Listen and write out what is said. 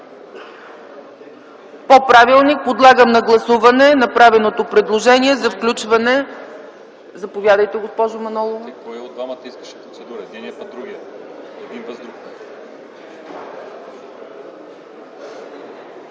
По правилник подлагам на гласуване направеното предложение за включване ... Заповядайте, госпожо Манолова.